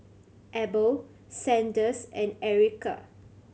Abel Sanders and Ericka